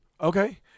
Okay